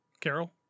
Carol